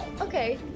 Okay